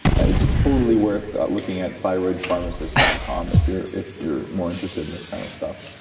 it's totally worth looking at thyroidpharmacist dot com if you're if you're more interested in this kind of stuff.